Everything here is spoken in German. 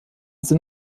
sind